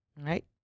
Right